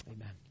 Amen